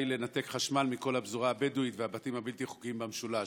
לנתק חשמל מכל הפזורה הבדואית והבתים הבלתי-חוקיים במשולש,